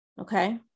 okay